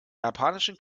japanischen